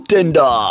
Tinder